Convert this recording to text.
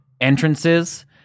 entrances